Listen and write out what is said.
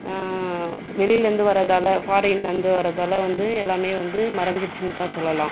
வெளியேலேந்து வரதால் ஃபாரின்லேந்து வரதால் வந்து எல்லாமே வந்து மறைஞ்சிருச்சுன்னுதா சொல்லலாம்